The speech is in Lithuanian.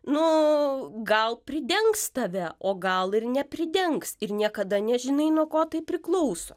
nu gal pridengs tave o gal ir nepridengs ir niekada nežinai nuo ko tai priklauso